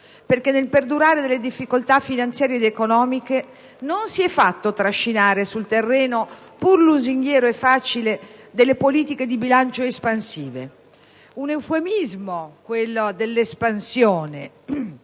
perché, nel perdurare le difficoltà finanziarie ed economiche, non si è fatto trascinare sul terreno, pur lusinghiero e facile, delle politiche di bilancio espansive. Un eufemismo, quello dell'espansione,